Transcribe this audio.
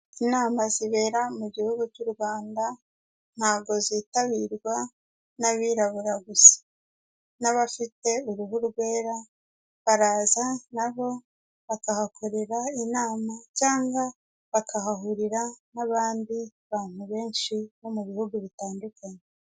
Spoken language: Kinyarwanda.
Inama zibera mu gihugu cy'u Rwanda ntabwo zitabirwa n'abirabura gusa, n'abafite uruhu rwera baraza na bo bakahakorera inama cyangwa bakahahurira n'abandi bantu benshi bo mu bihugu bitandukanye.